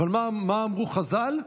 אבל מה אמרו חז"ל?